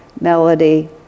melody